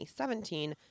2017